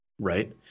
right